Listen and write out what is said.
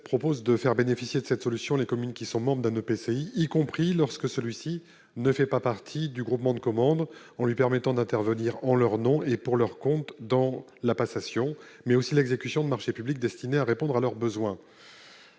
prévoit de faire bénéficier de cette solution les communes membres d'un établissement public de coopération intercommunale y compris lorsque celui-ci ne fait pas partie du groupement de commandes, en lui permettant d'intervenir en leur nom et pour leur compte dans la passation, mais aussi l'exécution, de marchés publics destinés à répondre à leurs besoins.